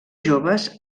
joves